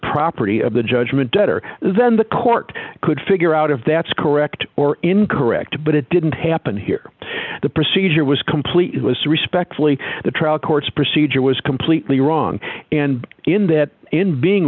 property of the judgment debtor then the court could figure out if that's correct or incorrect but it didn't happen here the procedure was complete it was respectfully the trial court's procedure was completely wrong and in that in being